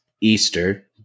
Easter